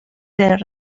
del